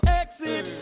exit